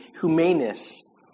humaneness